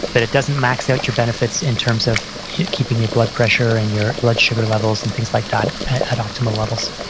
but it doesn't max out your benefits in terms of keeping your blood pressure and your blood sugar levels and things like that at optimal levels